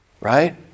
Right